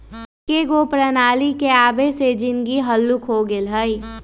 एकेगो प्रणाली के आबे से जीनगी हल्लुक हो गेल हइ